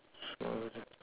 so